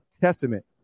testament